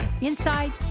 inside